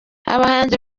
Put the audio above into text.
abahanzi